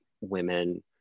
women